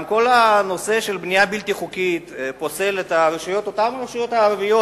כל הנושא של הבנייה הבלתי-חוקית פוסל את אותן רשויות ערביות